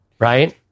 Right